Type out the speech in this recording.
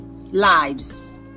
lives